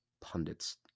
pundits